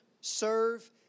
serve